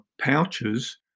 pouches